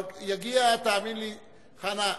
חנא,